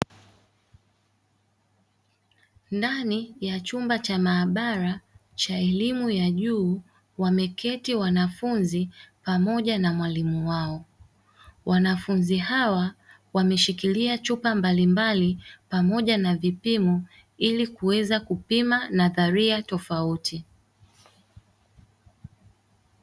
Ndani ya chumba cha maabara cha elimu ya juu wameketi wanafunzi pamoja na mwalimu wao. Wanafunzi hawa wameshikilia chupa mbali mbali pamoja na vipimo ili kuweza kupima nadharia tofauti.